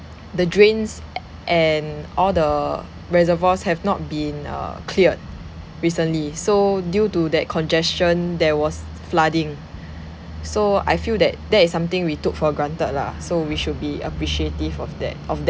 the drains a~ and all the reservoirs have not been uh cleared recently so due to that congestion there was flooding so I feel that that is something we took for granted lah so we should be appreciative of that of them mm